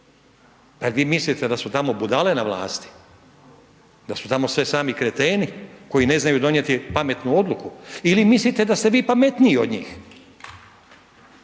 jel vi mislite da su tamo budale na vlasti, da su tamo sve sami kreteni koji ne znaju donijeti pametnu odluku ili mislite da ste vi pametniji od njih.